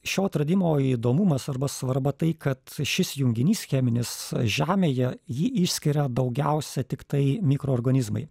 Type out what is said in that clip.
šio atradimo įdomumas arba svarba tai kad šis junginys cheminis žemėje jį išskiria daugiausia tiktai mikroorganizmai